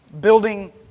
building